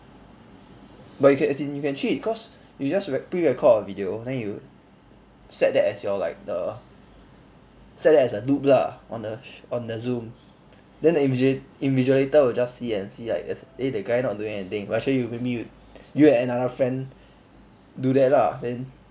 but you can as in you can cheat cause you just re~ pre-record a video then you set that as your like the set that as a loop lah on the on the zoom then the invigi~ invigilator will just see and see like eh that guy not doing anything but actually you maybe you you and another friend do that lah then